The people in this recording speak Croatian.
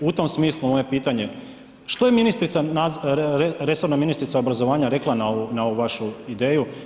U tom smislu moje pitanje, što je ministrica, resorna ministrica obrazovanja rekla na ovu vašu ideju?